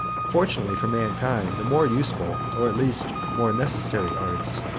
fortunately for mankind, the more useful, or, at least, more necessary arts,